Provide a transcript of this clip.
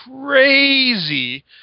crazy